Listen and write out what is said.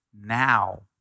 now